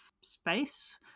space